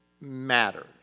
matters